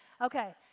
Okay